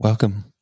Welcome